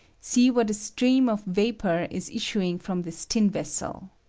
see what a stream of vapor is issuing from this tin vessel.